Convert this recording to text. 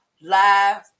Live